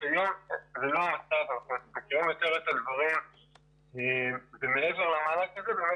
--- אנחנו מכירים יותר את הדברים ומעבר למענק הזה באמת